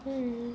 mm